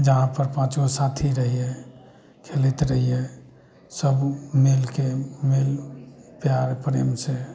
जहाँ पर पॉँचो साथी रहियै खेलाइत रहियै सब मिलके मिल प्यार प्रेम से